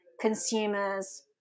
consumers